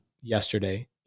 yesterday